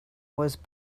was